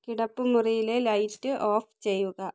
കിടപ്പുമുറിയിലെ light off ചെയ്യുക